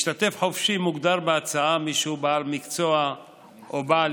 "משתתף חופשי" מוגדר בהצעה "מי שהוא בעל מקצוע או בעל